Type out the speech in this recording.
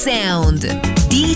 Sound